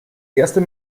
erster